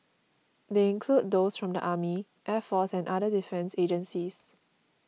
they include those from the army air force and other defence agencies